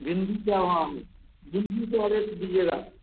भिंडी क्या भाव है भिंडी क्या रेट दीजिएगा